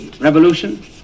revolution